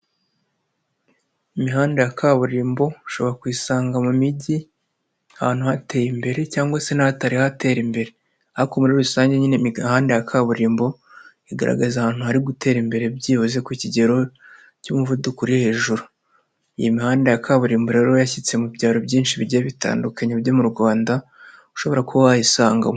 Imihanda ya kaburimbo ushobora kuyisanga mu mijyi, ahantu hateye imbere cyangwa se n'ahatari hatera imbere ariko muri rusange nyine imihanda ya kaburimbo igaragaza ahantu hari gutera imbere byibuze ku kigero cy'umuvuduko uri hejuru. Iyi mihanda ya kaburimbo rero yashyitse mu byaro byinshi bigiye bitandukanye byo mu Rwanda ushobora kuba wayisangamo.